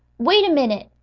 wait a minute,